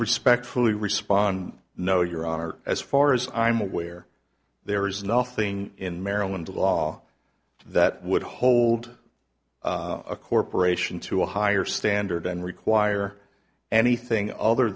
respectfully respond no your honor as far as i'm aware there is nothing in maryland law that would hold a corporation to a higher standard than require anything other